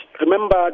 remember